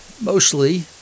mostly